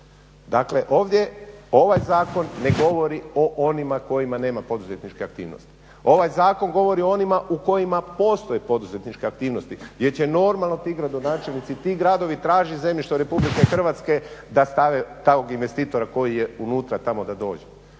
Dakle ovdje ovaj zakon ne govori o onima u kojima nema poduzetničke aktivnosti, ovaj zakon govori o onima u kojima postoje poduzetničke aktivnosti gdje će normalno ti gradonačelnici i ti gradovi tražit zemljište od Republike Hrvatske da stave takvog investitora koji je unutra tamo da dođe.